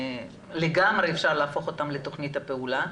לגמרי אפשר להפוך אותן לתכנית פעולה,